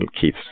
Keith